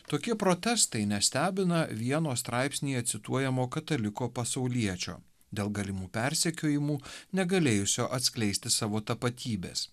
tokie protestai nestebina vieno straipsnyje cituojamo kataliko pasauliečio dėl galimų persekiojimų negalėjusio atskleisti savo tapatybės